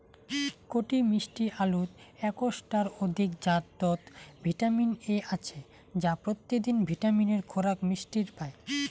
কটি মিষ্টি আলুত একশ টার অধিক জাতত ভিটামিন এ আছে যা পত্যিদিন ভিটামিনের খোরাক মিটির পায়